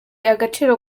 agaciro